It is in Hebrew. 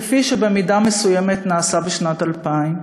כפי שבמידה מסוימת נעשה בשנת 2000,